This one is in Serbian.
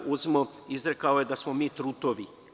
Izrekao je da smo mi trutovi.